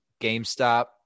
GameStop